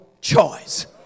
choice